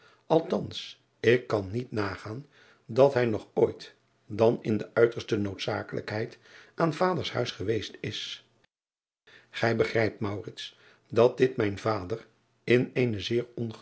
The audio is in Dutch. althans ik kan niet nagaan dat hij nog ooit dan in de uiterste noodzakelijkheid aan vaders huis geweest is ij begrijpt dat dit mijn vader in